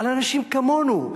על אנשים כמונו,